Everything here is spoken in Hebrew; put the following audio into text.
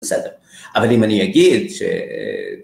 בסדר. אבל אם אני אגיד ש...